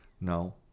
No